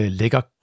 lækker